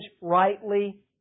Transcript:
rightly